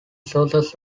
sources